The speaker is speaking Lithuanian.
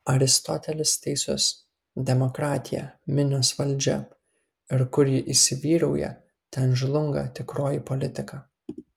aristotelis teisus demokratija minios valdžia ir kur ji įsivyrauja ten žlunga tikroji politika